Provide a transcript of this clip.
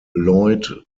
lloyd